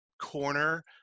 corner